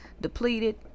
depleted